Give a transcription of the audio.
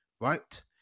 right